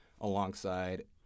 alongside